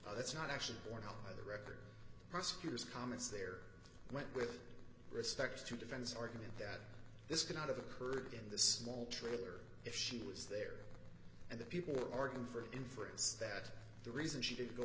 that's not actually borne out by the record prosecutor's comments there went with respect to defense argument that this cannot of occurred in the small trailer if she was there and the people were arguing for inference that the reason she didn't go